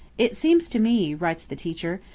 it seems to me writes the teacher,